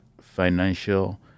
financial